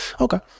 okay